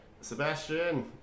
Sebastian